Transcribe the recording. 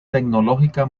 tecnológica